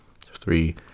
Three